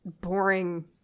boring